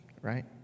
right